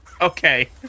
Okay